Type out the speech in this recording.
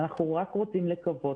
אגב, אנחנו רוצים לקוות,